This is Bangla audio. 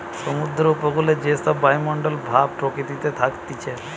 সমুদ্র উপকূলে যে সব বায়ুমণ্ডল ভাব প্রকৃতিতে থাকতিছে